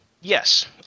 yes